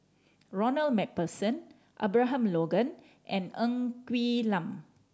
Ronald Macpherson Abraham Logan and Ng Quee Lam